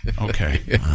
Okay